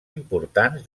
importants